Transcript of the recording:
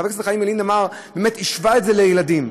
חבר הכנסת ילין באמת השווה את זה לילדים.